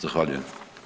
Zahvaljujem.